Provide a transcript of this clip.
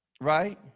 Right